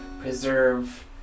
preserve